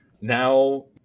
Now